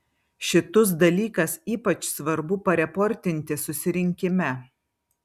šitus dalykas ypač svarbu pareportinti susirinkime